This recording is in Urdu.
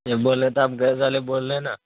یہ بولے تھے آپ گیس والے بول رہے ہیں نا